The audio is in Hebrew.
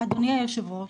אדוני היושב-ראש,